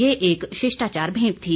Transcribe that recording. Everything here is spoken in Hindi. यह एक शिष्टाचार भेंट थी